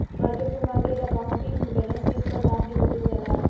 market to market accounting balance sheet पर दाम के बदलल जाला